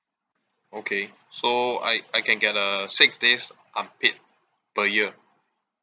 okay so I I can get uh six days unpaid per year